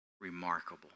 remarkable